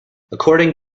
according